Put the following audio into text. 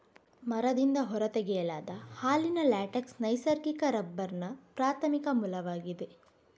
ಮರದಿಂದ ಹೊರ ತೆಗೆಯಲಾದ ಹಾಲಿನ ಲ್ಯಾಟೆಕ್ಸ್ ನೈಸರ್ಗಿಕ ರಬ್ಬರ್ನ ಪ್ರಾಥಮಿಕ ಮೂಲವಾಗಿದೆ